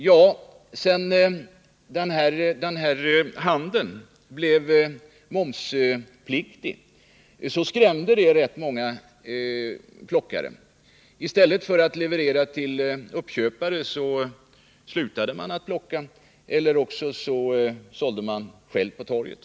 Jo, när momsreglerna ändrades för denna handel skrämde det rätt många plockare. I stället för att leverera till en uppköpare slutade man plocka eller också säljer man själv på torget.